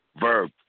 Verb